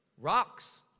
Rocks